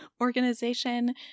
organization